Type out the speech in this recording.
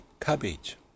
cabbage